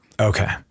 Okay